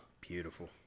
Beautiful